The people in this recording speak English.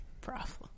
problems